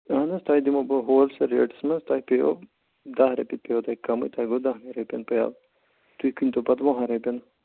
اَہَن حظ تۄہہِ دِمو بہٕ ہول سیل ریٹَس مَنٛز تۄہہِ پٮ۪وٕ دَہ رۄپیہِ پٮ۪وٕ تۄہہِ کمٕے تۄہہِ گوٚو دَہنٕے رۄپیَن پیٛالہٕ تُہۍ کٕنتو پَتہٕ وُہَن رۄپیَن